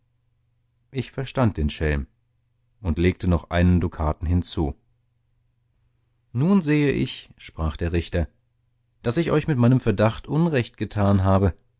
ich verstand den schelm und legte noch einen dukaten hinzu nun sehe ich sprach der richter daß ich euch mit meinem verdacht unrecht getan habe